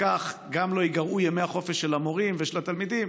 וכך גם לא ייגרעו ימי החופש של המורים ושל התלמידים,